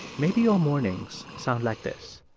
maybe your mornings sound like this